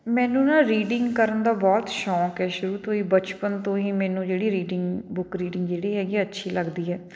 ਮੈਨੂੰ ਨਾ ਰੀਡਿੰਗ ਕਰਨ ਦਾ ਬਹੁਤ ਸ਼ੌਂਕ ਹੈ ਸ਼ੁਰੂ ਤੋਂ ਹੀ ਬਚਪਨ ਤੋਂ ਹੀ ਮੈਨੂੰ ਜਿਹੜੀ ਰੀਡਿੰਗ ਬੁੱਕ ਰੀਡਿੰਗ ਜਿਹੜੀ ਹੈਗੀ ਅੱਛੀ ਲੱਗਦੀ ਹੈ